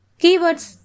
keywords